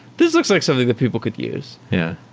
this looks like something that people could use yeah.